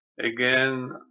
Again